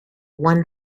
one